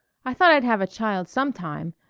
i thought i'd have a child some time.